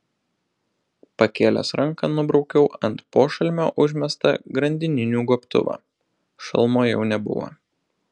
pakėlęs ranką nubraukiau ant pošalmio užmestą grandininių gobtuvą šalmo jau nebuvo